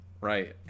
Right